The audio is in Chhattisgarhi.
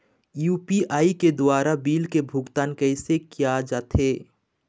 यू.पी.आई के द्वारा बिल के भुगतान कैसे किया जाथे?